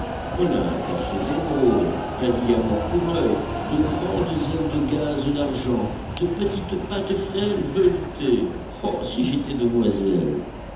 on a un corset d'émeraude un diamant pour œil de grandes ailes de gaze d'argent de petites pattes frêles veloutées oh si j'étais demoiselle